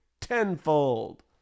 tenfold